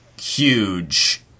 huge